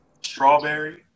Strawberry